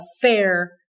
fair